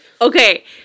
okay